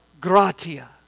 gratia